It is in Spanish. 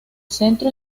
centro